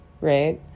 right